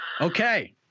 Okay